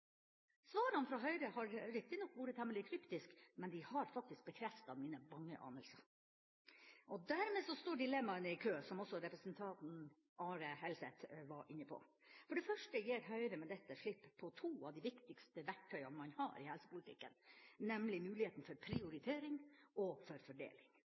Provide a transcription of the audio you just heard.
Svarene fra Høyre har riktignok vært temmelig kryptiske, men de har faktisk bekreftet mine bange anelser. Dermed står dilemmaene i kø, som også representanten Are Helseth var inne på. For det første gir Høyre med dette slipp på to av de viktigste verktøyene man har i helsepolitikken, nemlig muligheten for prioritering og fordeling.